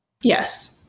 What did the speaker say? yes